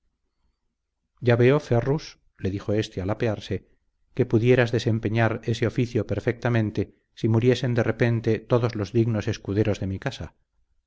ya veo ferrus le dijo éste al apearse que pudieras desempeñar ese oficio perfectamente si muriesen de repente todos los dignos escuderos de mi casa